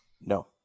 no